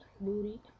booty